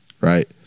right